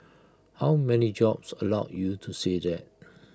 how many jobs allow you to say that